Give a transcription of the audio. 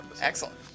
excellent